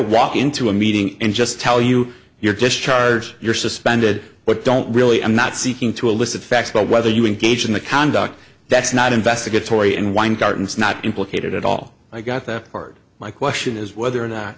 walk into a meeting and just tell you you're just charge you're suspended but don't really i'm not seeking to elicit facts about whether you engage in the conduct that's not investigatory and weingarten's not implicated at all i got that part my question is whether or not